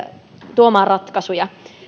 tuomaan ratkaisuja